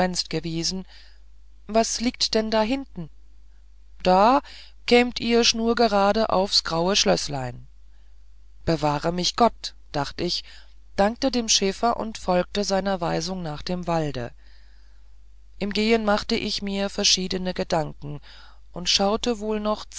gewiesen was liegt denn dahin da kämt ihr schnurgerad aufs graue schlößlein bewahr mich gott dacht ich dankte dem schäfer und folgte seiner weisung nach dem walde im gehen macht ich mir verschiedene gedanken und schaute wohl noch